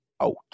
out